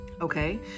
okay